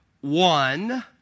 one